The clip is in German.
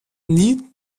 nie